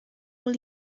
will